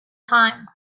time